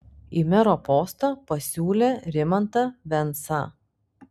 į mero postą pasiūlė rimantą vensą